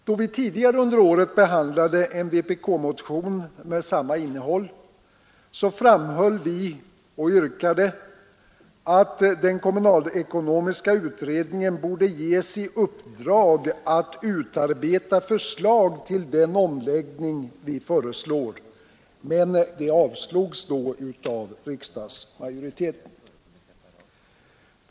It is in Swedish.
Då vi tidigare under året behandlade en vpkmotion med samma innehåll framhöll vi och yrkade att kommunalekonomiska utredningen borde ges i uppdrag att utarbeta förslag till den omläggning vi föreslog, men detta avslogs av riksdagsmajoriteten.